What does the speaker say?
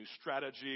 strategy